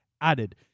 added